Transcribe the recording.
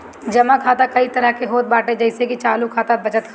जमा खाता कई तरही के होत बाटे जइसे की चालू खाता, बचत खाता